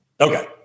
Okay